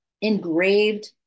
engraved